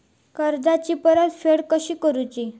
कर्जाची परतफेड कशी करूची?